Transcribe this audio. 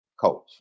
coach